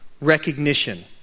recognition